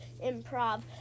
Improv